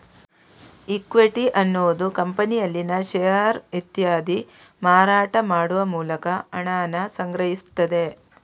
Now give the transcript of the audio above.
equity ಅನ್ನುದು ಕಂಪನಿಯಲ್ಲಿನ share ಇತ್ಯಾದಿ ಮಾರಾಟ ಮಾಡುವ ಮೂಲಕ ಹಣಾನ ಸಂಗ್ರಹಿಸ್ತದೆ